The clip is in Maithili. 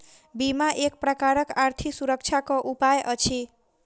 बीमा एक प्रकारक आर्थिक सुरक्षाक उपाय अछि